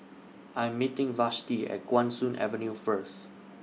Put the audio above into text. I Am meeting Vashti At Guan Soon Avenue First